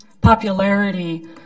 popularity